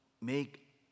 make